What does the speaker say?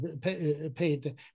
paid